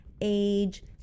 age